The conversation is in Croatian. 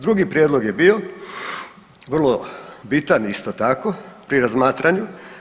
Drugi prijedlog je bio vrlo bitan, isto tako, pri razmatranju.